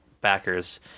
backers